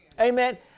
Amen